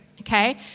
okay